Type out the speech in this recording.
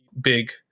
big